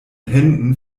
händen